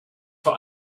vor